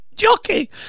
Jockey